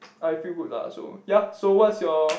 I feel good lah so ya so what's your